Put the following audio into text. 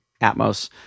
Atmos